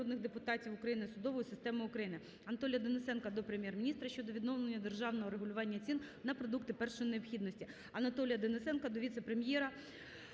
Дякую